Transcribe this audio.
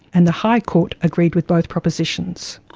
and the high court agreed with both propositions.